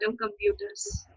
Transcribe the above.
computers